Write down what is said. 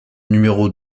numéro